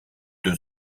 deux